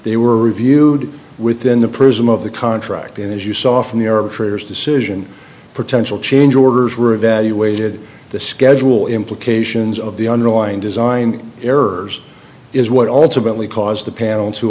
they were reviewed within the prism of the contract and as you saw from the earth traders decision potential change orders were evaluated the schedule implications of the underlying design errors is what ultimately caused the panels to